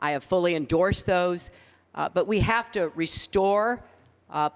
i have fully endorsed those. clinton but we have to restore